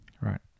Right